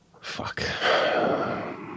Fuck